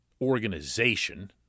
organization